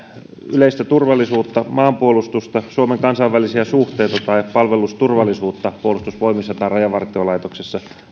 yleistä turvallisuutta maanpuolustusta suomen kansainvälisiä suhteita tai palvelusturvallisuutta puolustusvoimissa tai rajavartiolaitoksessa